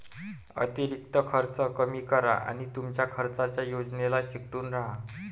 अतिरिक्त खर्च कमी करा आणि तुमच्या खर्चाच्या योजनेला चिकटून राहा